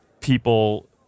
people